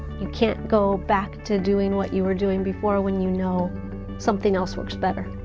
you can't go back to doing what you were doing before when you know something else works better.